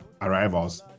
arrivals